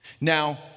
Now